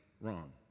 wrong